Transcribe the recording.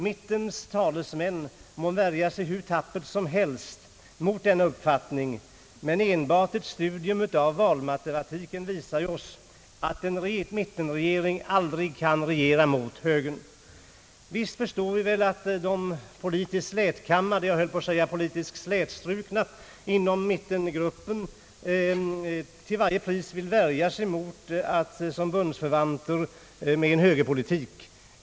Mittens talesmän må värja sig hur tappert som helst mot denna uppfattning, men enbart ett studium av valmatematiken säger oss att en mittenregering som skulle regera mot högern är en omöjlighet. Visst förstår vi att så politiskt slätkammade — jag höll på att säga politiskt slätstrukna — som mittenpartierna är så vill man till varje pris värja sig mot att betecknas som bundsförvanter till en högerpolitik.